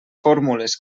fórmules